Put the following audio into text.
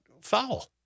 foul